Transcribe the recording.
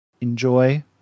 Enjoy